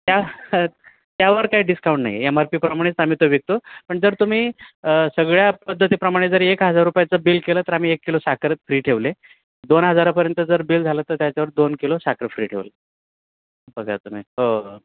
त्या त्यावर काही डिस्काउंट नाही एम आर पी प्रमाणेच आम्ही तो विकतो पण जर तुम्ही सगळ्या पद्धतीप्रमाणे जर एक हजार रुपयाचं बिल केलं तर आम्ही एक किलो साखर फ्री ठेवले दोन हजारापर्यंत जर बिल झालं तर त्याच्यावर दोन किलो साखर फ्री ठेवले बघा तुम्ही हो हो